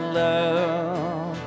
love